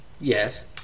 Yes